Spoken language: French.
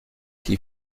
qui